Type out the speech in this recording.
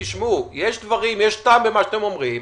יש טעם במה שאתם אומרים,